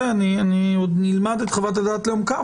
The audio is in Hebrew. עוד נלמד את חוות הדעת לעומקה,